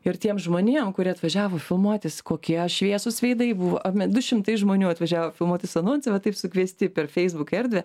ir tiem žmonėm kurie atvažiavo filmuotis kokie šviesūs veidai buvo apie du šimtai žmonių atvažiavo filmuotis anonse va taip sukviesti per feisbuk erdvę